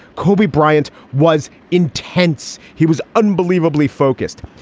kobe bryant was intense. he was unbelievably focused.